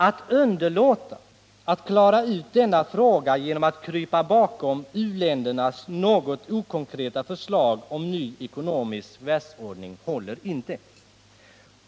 Att underlåta att klara ut denna fråga genom att krypa bakom uländernas något okonkreta förslag om en ny ekonomisk världsordning håller inte.